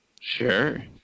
sure